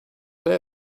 they